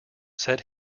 set